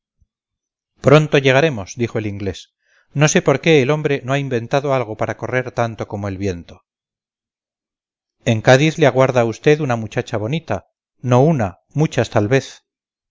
pronto llegaremos dijo el inglés no sé por qué el hombre no ha inventado algo para correr tanto como el viento en cádiz le aguarda a usted una muchacha bonita no una muchas tal vez